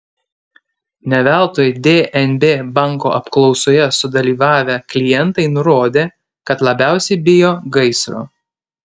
ne veltui dnb banko apklausoje sudalyvavę klientai nurodė kad labiausiai bijo gaisro